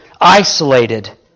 isolated